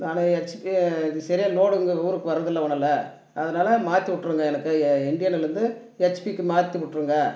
நான் ஹெச்பி இது சரியா லோடு இங்கே ஊருக்கு வர்றதில்லை ஒன்றுல்ல அதனால் மாற்றி விட்ருங்க எனக்கு எ இந்தியனில் இருந்து ஹெச்பிக்கு மாற்றி விட்ருங்க